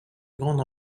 grande